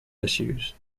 issues